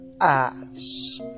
ass